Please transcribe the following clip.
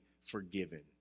forgiven